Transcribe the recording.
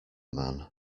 man